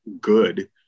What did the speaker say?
good